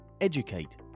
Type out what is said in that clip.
educate